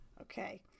Okay